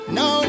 no